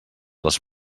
les